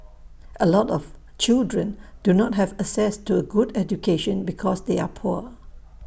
A lot of children do not have access to A good education because they are poor